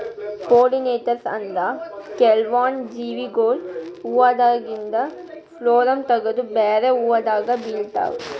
pollinators ಅಂದ್ರ ಕೆಲ್ವನ್ದ್ ಜೀವಿಗೊಳ್ ಹೂವಾದಾಗಿಂದ್ ಪೊಲ್ಲನ್ ತಗದು ಬ್ಯಾರೆ ಹೂವಾದಾಗ ಬಿಡ್ತಾವ್